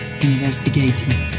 investigating